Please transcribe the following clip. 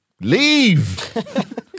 Leave